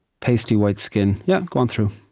pasty-white skin yep, go on through.